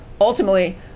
ultimately